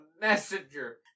messenger